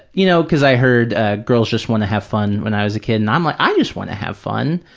you know, because i heard ah girls just want to have fun when i was a kid and i'm like, i just want to have fun,